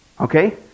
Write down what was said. Okay